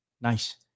nice